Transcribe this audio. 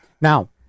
Now